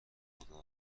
خدا